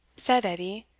said edie,